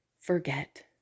forget